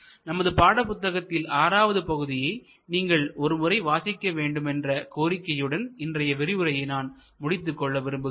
நமது பாட புத்தகத்தின் ஆறாவது பகுதியை நீங்கள் ஒருமுறை வாசிக்க வேண்டுமென்ற கோரிக்கையுடன் இன்றைய விரிவுரையை நான் முடித்துக் கொள்ள விரும்புகிறேன்